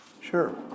Sure